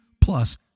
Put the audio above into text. Plus